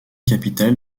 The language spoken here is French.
capitale